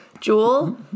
Jewel